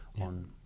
on